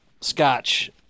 Scotch